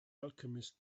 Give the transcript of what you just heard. alchemist